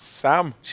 Sam